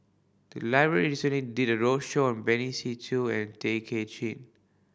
the library recently did a roadshow on Benny Se Teo and Tay Kay Chin